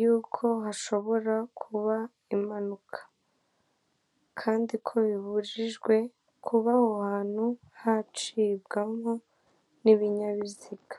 yuko hashobora kuba impanuka. Kandi ko bibubjijwe kuba aho hantu hacibwamo n'ibinyabiziga.